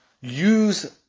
use